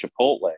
chipotle